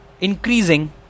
increasing